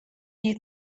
you